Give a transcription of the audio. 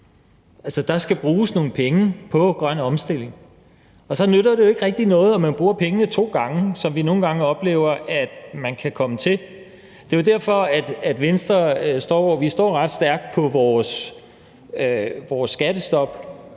Der skal bruges nogle penge på den grønne omstilling, og så nytter det jo ikke rigtig noget, at man vil bruge pengene to gange, sådan som vi nogle gange oplever man kan komme til. Venstre står ret stærkt på vores skattestop,